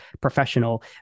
professional